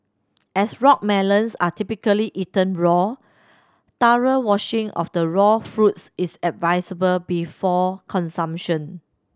as rock melons are typically eaten raw thorough washing of the raw fruits is advisable before consumption